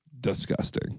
disgusting